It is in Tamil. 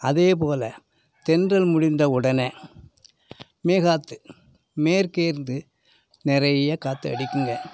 அதேபோல் தென்றல் முடிந்த உடனே மேகாற்று மேற்கேயிருந்து நிறையா காற்று அடிக்குங்க